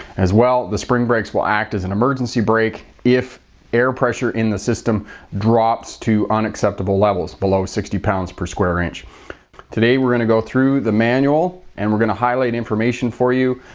as well, the spring brakes will act as an emergency brake if air pressure in the system drops to unacceptable levels below sixty pounds per square inch. so today we're going to go through the manual and we're going to highlight information for you.